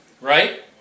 right